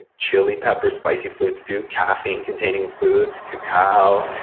and chili pepper, spicy foods do, caffeine containing foods, cacao,